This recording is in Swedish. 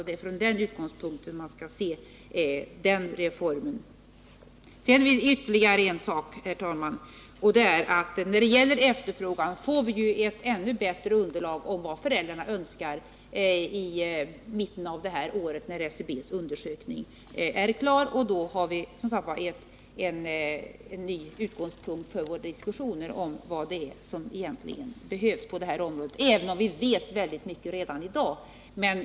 Det är från den utgångspunkten man skall se reformen. Ytterligare en sak, herr talman! När det gäller efterfrågan får vi i mitten av det här året, när SCB:s undersökning är klar, ett ännu bättre underlag om vad föräldrarna önskar. Då får vi en ny utgångspunkt för våra diskussioner om vad som egentligen behövs på det här området, även om vi vet väldigt mycket redan i dag.